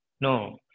No